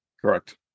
Correct